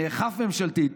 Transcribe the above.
נאכף ממשלתית,